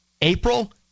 April